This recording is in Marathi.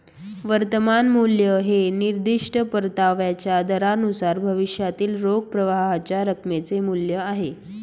वर्तमान मूल्य हे निर्दिष्ट परताव्याच्या दरानुसार भविष्यातील रोख प्रवाहाच्या रकमेचे मूल्य आहे